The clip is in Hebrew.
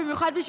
במיוחד.